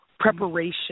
preparation